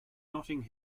notting